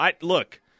Look